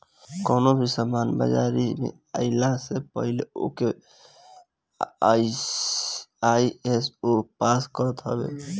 कवनो भी सामान बाजारी में आइला से पहिले ओके आई.एस.ओ पास करत हवे